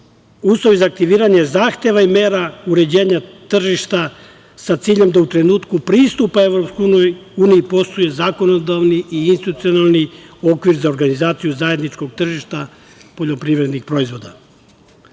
uslovi za aktiviranje zahteva i mera uređenja tržišta sa ciljem da u trenutku pristupa EU, postoje zakonodavni i institucionalni okvir za organizaciju zajedničkog tržišta poljoprivrednih proizvoda. Donošenje